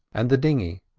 and the dinghy.